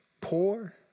poor